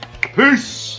Peace